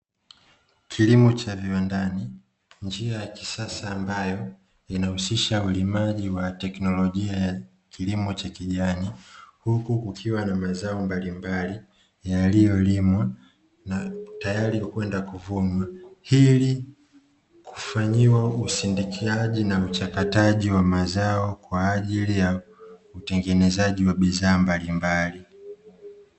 Kilimo cha viwandani njia ya kisasa ambayo inahusisha ulimaji wa teknolojia ya kilimo cha kijani, huku kukiwa na mazao mbalimbali yaliyolimwa na tayari kwenda kuvunwa, ili kufanyiwa usindikiaji na uchakataji wa mazao kwa ajili ya utengenezaji wa bidhaa mbalimbali.